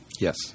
Yes